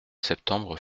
septembre